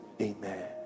Amen